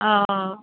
অঁ